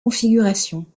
configuration